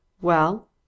Well